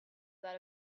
that